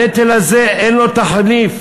הנטל הזה אין לו תחליף.